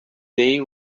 they